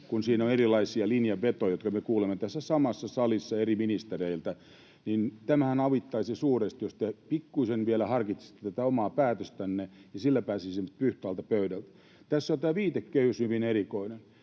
kun siinä on erilaisia linjanvetoja, jotka me kuulemme tässä samassa salissa eri ministereiltä. Tämähän avittaisi suuresti, jos te pikkuisen vielä harkitsisitte tätä omaa päätöstänne, niin sillä pääsisimme aloittamaan puhtaalta pöydältä. Tässä on tämä viitekehys hyvin erikoinen: